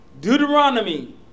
Deuteronomy